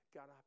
God